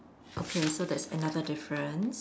okay so that's another difference